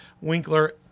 Winkler